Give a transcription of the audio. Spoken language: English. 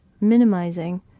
minimizing